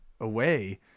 away